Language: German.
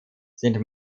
sind